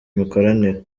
imikoranire